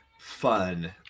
fun